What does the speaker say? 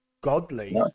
godly